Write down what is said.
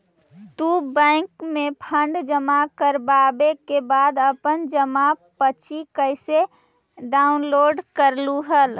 तू बैंक में फंड जमा करवावे के बाद अपन जमा पर्ची कैसे डाउनलोड करलू हल